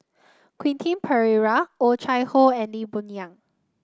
Quentin Pereira Oh Chai Hoo and Lee Boon Yang